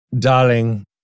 Darling